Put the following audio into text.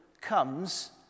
comes